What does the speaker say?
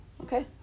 Okay